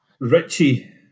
Richie